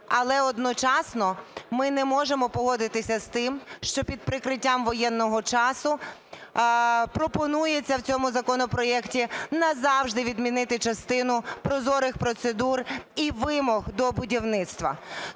Але одночасно ми не можемо погодитися з тим, що під прикриттям воєнного часу пропонується в цьому законопроекті назавжди відмінити частину прозорих процедур і вимог до будівництва.